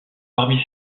parmi